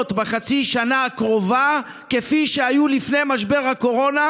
בחצי שנה הקרובה כפי שהיו לפני משבר הקורונה,